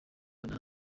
mbona